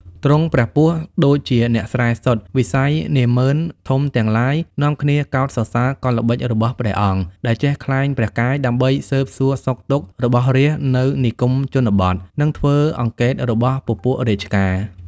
ទ្រង់ព្រះពស្ត្រដូចជាអ្នកស្រែសុទ្ធវិស័យពួកនាហ្មឺនធំទាំងឡាយ នាំគ្នាកោតសរសើរកលល្បិចរបស់ព្រះអង្គ ដែលចេះក្លែងព្រះកាយ ដើម្បីស៊ើបសួរសុខទុក្ខរបស់រាស្ត្រនៅនិគមជនបទ នឹងធ្វើអង្កេតរបស់ពពួករាជការ ។